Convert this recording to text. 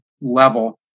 level